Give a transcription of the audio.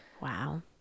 wow